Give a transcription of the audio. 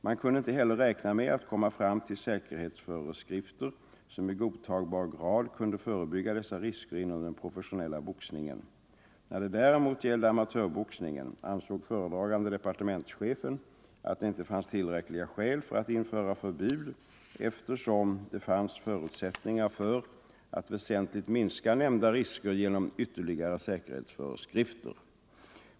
Man kunde inte heller räkna med att komma fram till säkerhetsföreskrifter som i godtagbar grad kunde förebygga dessa risker inom den professionella boxningen. När det däremot gällde amatörboxningen ansåg föredragande departementschefen att det inte fanns tillräckliga skäl för att införa förbud eftersom det fanns förutsättningar för att väsentligt minska nämnda risker genom ytterligare säkerhetsföreskrifter.